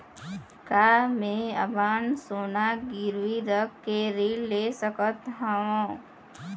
का मैं अपन सोना गिरवी रख के ऋण ले सकत हावे?